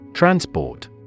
Transport